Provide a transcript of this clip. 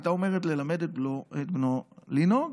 היא הייתה אומרת ללמד את בנו לנהוג,